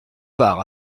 part